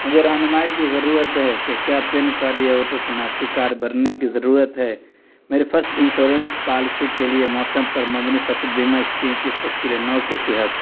مجھے رہنمائی کی ضرورت ہے کہ کیا پین کارڈ یا ووٹر شناختی کارڈ بھرنے کی ضرورت ہے میری فصل انشورنس پالیسی کے لیے موسم پر مبنی فصل بیما اسکیم کی تشکیلِ نو کے تحت